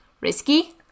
risky